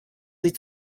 sie